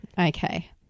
Okay